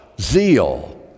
zeal